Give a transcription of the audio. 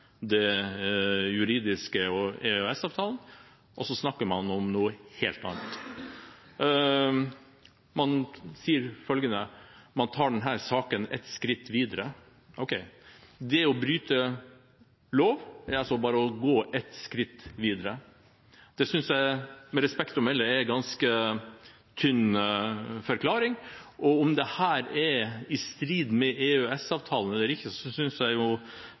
det juridiske og EØS-avtalen, og så snakker man om noe helt annet. Man sier at man tar denne saken ett skritt videre. Ok, det å bryte loven er altså bare å gå ett skritt videre. Det synes jeg, med respekt å melde, er en ganske tynn forklaring, og om dette er i strid med EØS-avtalen eller ikke, synes jeg